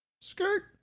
Skirt